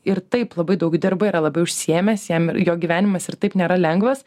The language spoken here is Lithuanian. ir taip labai daug dirba yra labai užsiėmęs jam jo gyvenimas ir taip nėra lengvas